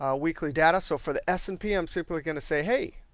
ah weekly data. so for the s and p i'm simply going to say, hey,